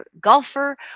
golfer